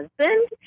husband